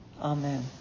Amen